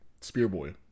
Spearboy